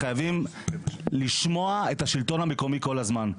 חייבים לשמוע את השלטון המקומי כל הזמן.